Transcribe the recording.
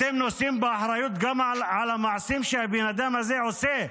אתם נושאים באחריות גם על המעשים שהבן אדם הזה עושה.